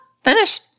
Finish